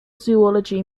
zoology